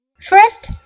First